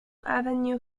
avenue